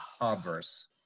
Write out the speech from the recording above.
obverse